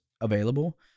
available